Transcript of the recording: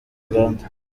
uganda